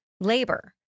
labor